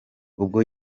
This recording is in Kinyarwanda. ubwo